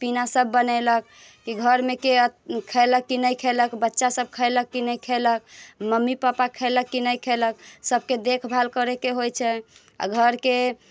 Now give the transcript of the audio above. पीना सभ बनेलक की घरमे के खयलक के नहि खयलक बच्चासभ खयलक कि नहि खयलक मम्मी पप्पा खयलक कि नहि खयलक सभके देख भाल करयके होइत छै आ घर के